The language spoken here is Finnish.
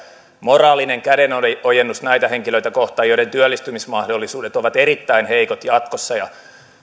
moraalinen kädenojennus näitä henkilöitä kohtaan joiden työllistymismahdollisuudet ovat erittäin heikot jatkossa